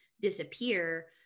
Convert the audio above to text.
disappear